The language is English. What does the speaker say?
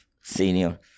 senior